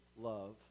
love